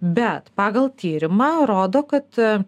bet pagal tyrimą rodo kad